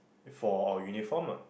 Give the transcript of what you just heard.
for our uniform ah